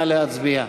נא להצביע.